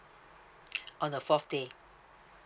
on the fourth day